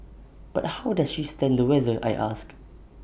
but how does she stand the weather I ask